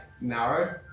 narrow